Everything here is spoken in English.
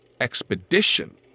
expedition